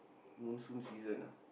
monsoon season ah